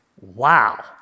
Wow